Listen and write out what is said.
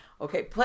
okay